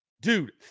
dude